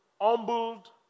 humbled